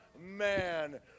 Man